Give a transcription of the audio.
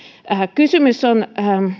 kysymys on